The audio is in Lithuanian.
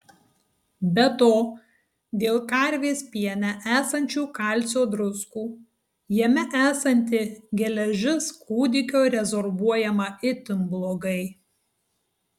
be to dėl karvės piene esančių kalcio druskų jame esanti geležis kūdikio rezorbuojama itin blogai